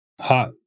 hot